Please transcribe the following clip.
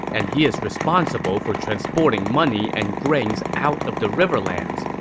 and he is responsible for transporting money and grains out of the riverlands.